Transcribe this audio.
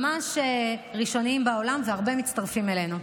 ממש ראשונים בעולם, והרבה מצטרפים אלינו.